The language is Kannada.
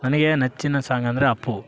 ನನಗೆ ನೆಚ್ಚಿನ ಸಾಂಗ್ ಅಂದರೆ ಅಪ್ಪು